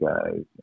guys